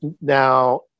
now